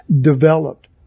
developed